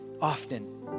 often